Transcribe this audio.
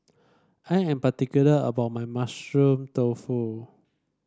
I am particular about my Mushroom Tofu